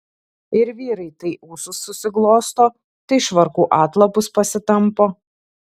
ir vyrai tai ūsus susiglosto tai švarkų atlapus pasitampo